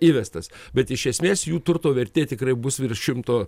įvestas bet iš esmės jų turto vertė tikrai bus virš šimto